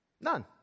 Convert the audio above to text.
None